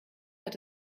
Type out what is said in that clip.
hat